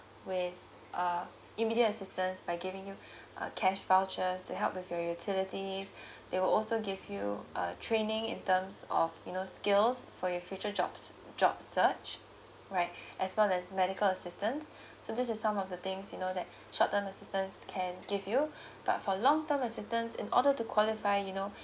with uh immediate assistance by giving you uh cash vouchers to help with your utilities they will also give you uh training in terms of you know skills for your future jobs jobs search right as well as medical assistance so this is some of the things you know that short term assistance can give you but for long term assistance in order to qualify you know